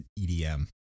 edm